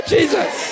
Jesus